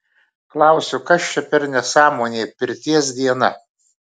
klausiu kas čia per nesąmonė pirties diena